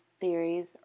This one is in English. theories